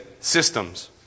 systems